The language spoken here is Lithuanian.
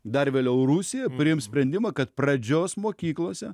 dar vėliau rusija priims sprendimą kad pradžios mokyklose